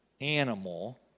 animal